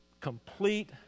complete